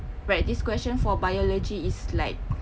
right this question for biology is like